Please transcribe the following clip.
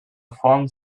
phone